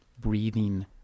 breathing